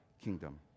kingdom